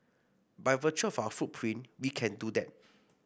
by virtue of our footprint we can do that